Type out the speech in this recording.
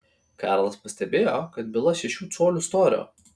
karlas pastebėjo kad byla šešių colių storio